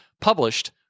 published